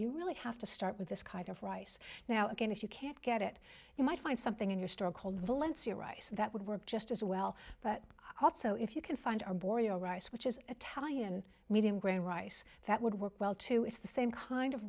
you really have to start with this kind of rice now again if you can't get it you might find something in your store called valencia rice that would work just as well but i also if you can find arborio rice which is a talian medium grain rice that would work well too it's the same kind of